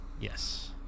Yes